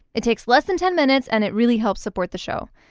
it takes less than ten minutes, and it really helps support the show.